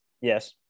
yes